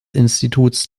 instituts